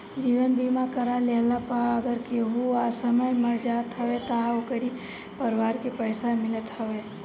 जीवन बीमा करा लेहला पअ अगर केहू असमय मर जात हवे तअ ओकरी परिवार के पइसा मिलत हवे